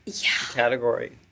category